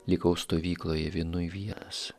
likau stovykloje vienui vienas